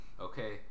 Okay